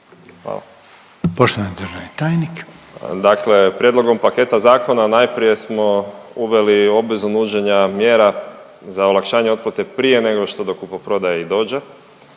(HDZ)** Poštovani državni tajnik. **Zoričić, Davor** Dakle prijedlogom paketa zakona najprije smo uveli obvezu nuđenja mjera za olakšanje otplate prije nego što do kupoprodaje i dođe.